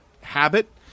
habit